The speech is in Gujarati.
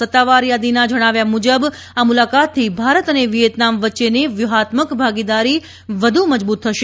સત્તાવાર યાદીના જણાવ્યા મુજબ આ મુલાકાતથી ભારત અને વિયેતનામ વચ્ચેની વ્યૂહાત્મક ભાગીદારો વધુ મજબુત થશે